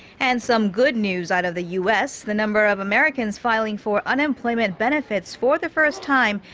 and some good news out of the u s. the number of americans filing for unemployment benefits for the first time.